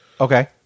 Okay